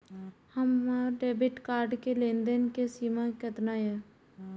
हमार debit card के लेन देन के सीमा केतना ये?